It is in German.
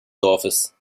dorfes